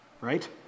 right